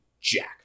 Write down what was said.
Jack